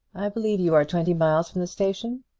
i believe you are twenty miles from the station?